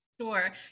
Sure